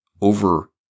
over